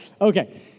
Okay